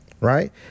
right